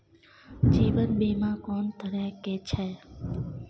जीवन बीमा कोन तरह के छै?